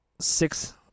six